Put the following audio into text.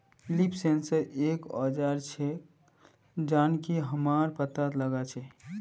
leaf sensor एक औजार छेक जननकी हमरा पत्ततात लगा छी